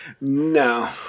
no